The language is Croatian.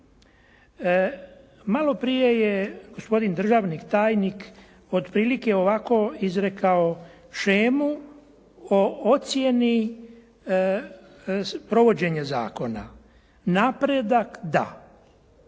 Maloprije je gospodin državni tajnik otprilike ovako izrekao shemu o ocjeni provođenja zakona, napredak da.